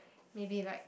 maybe like